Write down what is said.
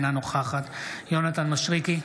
אינה נוכחת יונתן מישרקי,